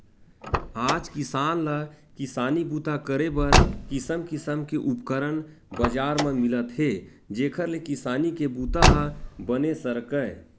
आज किसान ल किसानी बूता करे बर किसम किसम के उपकरन बजार म मिलत हे जेखर ले किसानी के बूता ह बने सरकय